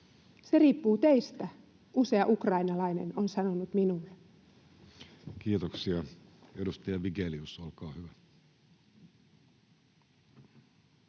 ”Se riippuu teistä”, usea ukrainalainen on sanonut minulle. Kiitoksia. — Edustaja Vigelius, olkaa hyvä.